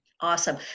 Awesome